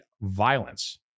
violence